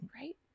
right